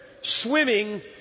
swimming